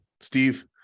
Steve